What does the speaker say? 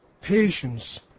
patience